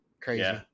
Crazy